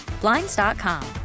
Blinds.com